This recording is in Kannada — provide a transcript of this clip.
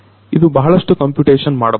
ಇದು ಬಹಳಷ್ಟು ಕಂಪ್ಯೂಟೇಶನ್ ಮಾಡಬಹುದು